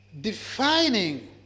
defining